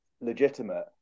legitimate